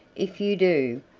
if you do,